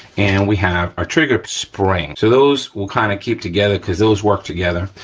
and we have our trigger spring. so, those, we'll kinda keep together, cause those work together.